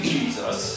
Jesus